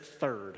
third